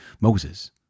Moses